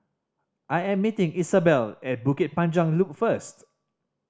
I am meeting Isobel at Bukit Panjang Loop first